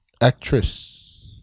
Actress